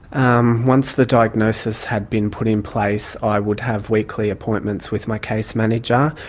um once the diagnosis had been put in place i would have weekly appointments with my case manager,